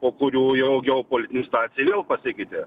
o po kurių jau geopolitinė situacijai vėl pateikite